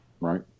right